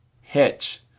Hitch